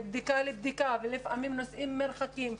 מבדיקה לבדיקה ולפעמים נוסעים מרחקים,